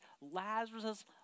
Lazarus